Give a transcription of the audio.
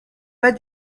pas